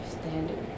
standard